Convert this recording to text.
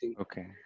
Okay